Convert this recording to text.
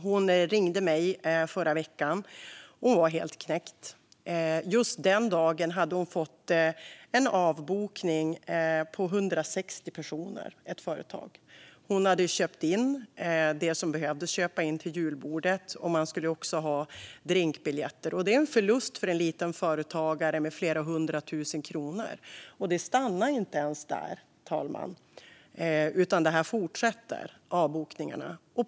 Hon ringde mig i förra veckan, och hon var helt knäckt. Just den dagen hade hon fått en avbokning på 160 personer från ett företag. Hon hade köpt in det som behövde köpas in till julbordet. Man skulle också ha drinkbiljetter. Det är en förlust för en liten företagare med flera hundra tusen kronor. Och, fru talman, det stannar inte där, utan avbokningarna fortsätter.